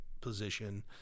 position